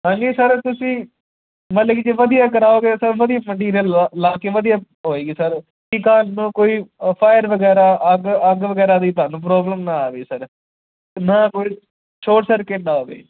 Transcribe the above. ਹਾਂਜੀ ਸਰ ਤੁਸੀਂ ਮਤਲਬ ਕਿ ਜੇ ਵਧੀਆ ਕਰਾਓਗੇ ਸਰ ਵਧੀਆ ਮਟੀਰੀਅਲ ਲਾ ਕੇ ਵਧੀਆ ਹੋਵੇਗੀ ਸਰ ਕਿ ਕੱਲ੍ਹ ਨੂੰ ਕੋਈ ਫਾਇਰ ਵਗੈਰਾ ਅੱਗ ਅੱਗ ਵਗੈਰਾ ਦੀ ਤੁਹਾਨੂੰ ਪ੍ਰੋਬਲਮ ਨਾ ਆਵੇ ਸਰ ਅਤੇ ਨਾ ਕੋਈ ਸ਼ੋਟ ਸਰਕਟ ਨਾ ਆਵੇ